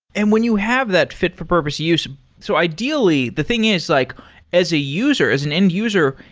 and when you have that fit for purpose use so, ideally, the thing is like as a user, as an end user,